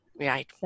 Right